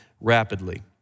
rapidly